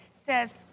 says